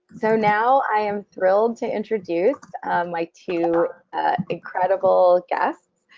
so now, i am thrilled to introduce my two incredible guests,